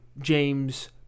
James